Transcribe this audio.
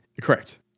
Correct